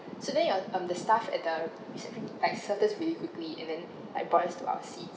so there was um the staff at the reception like served us really quickly and then like brought us to our seats